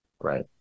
right